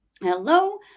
Hello